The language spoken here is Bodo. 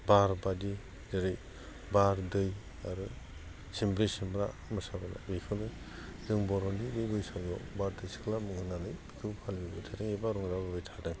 बार बादि जेरै बार दै आरो सिम्ब्रै सिम्ब्रा मोसाबोनाय बेखौनो जों बर'नि मोसानाय बारदै सिख्ला होननानै फालन खालामबाय थादों बा रंजाबोबाय थादों